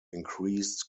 increased